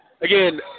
again